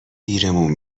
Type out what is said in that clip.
دیرمون